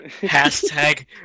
Hashtag